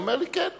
הוא אומר לי: כן.